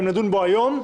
אם נדון בו היום,